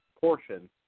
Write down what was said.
portion